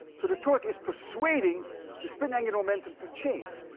so the torque is persuading the spin angular momentum to change.